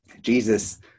Jesus